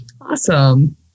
Awesome